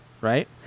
right